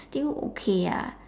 still okay ah